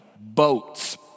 boats